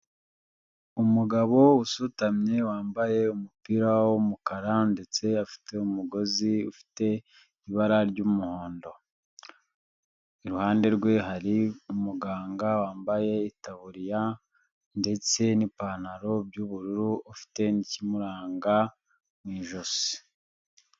Umugabo usutamye wambaye umupira w'umukara ndetse afite umugozi ufite ibara ry'umuhondo, iruhande rwe hari umuganga wambaye itaburiya ndetse n'ipantaro by'ubururu, ufite n'ikimuranga mu ijosi.